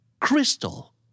Crystal